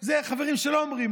את זה החברים שלו אומרים,